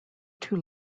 too